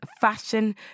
fashion